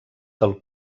del